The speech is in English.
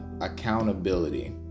accountability